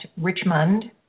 Richmond